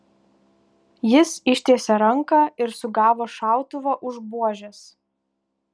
jis ištiesė ranką ir sugavo šautuvą už buožės